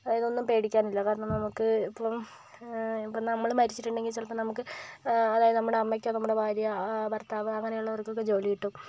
അതായത് ഒന്നും പേടിക്കാനില്ല കാരണം നമുക്ക് ഇപ്പം ഇപ്പം നമ്മൾ മരിച്ചിട്ട് ഉണ്ടെങ്കിൽ ചിലപ്പോൾ നമുക്ക് അതായത് നമ്മുടെ അമ്മയ്ക്കൊ നമ്മുടെ ഭാര്യ ഭർത്താവ് അങ്ങനെയുള്ളവർക്കൊക്കെ ജോലി കിട്ടും